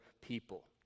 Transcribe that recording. people